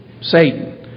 Satan